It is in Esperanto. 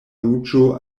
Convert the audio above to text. ruĝo